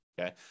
Okay